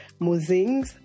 Muzings